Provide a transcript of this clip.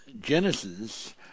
Genesis